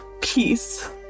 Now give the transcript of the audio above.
peace